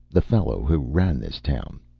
the fellow who ran this town,